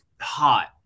hot